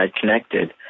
connected